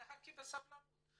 תחכי בסבלנות.